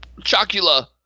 Chocula